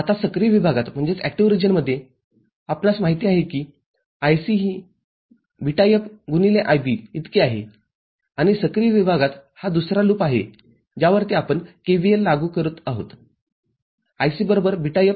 आता सक्रिय विभागात आपणास माहित आहे की IC ही βFIB इतकी आहे आणि सक्रिय विभागात हा दुसरा लूप आहे ज्या वरती आपण KVL लागू करत आहोत